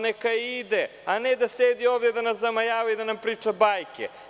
Neka ide, a ne da sedi ovde, da nas zamajava i da priča bajke.